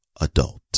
adult